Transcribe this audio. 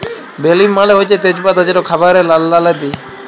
বে লিফ মালে হছে তেজ পাতা যেট খাবারে রাল্লাল্লে দিই